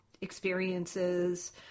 experiences